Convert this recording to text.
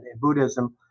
buddhism